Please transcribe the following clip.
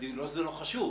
לא שזה לא חשוב,